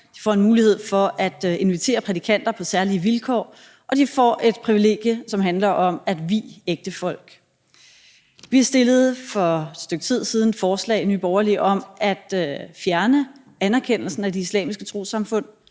De får en mulighed for at invitere prædikanter på særlige vilkår. Og de får et privilegie, som handler om at vie folk. Vi i Nye Borgerlige fremsatte for et stykke tid siden et forslag om at fjerne anerkendelsen af de islamiske trossamfund,